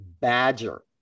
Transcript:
badger